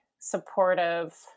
supportive